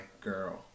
girl